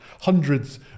hundreds